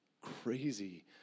crazy